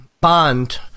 bond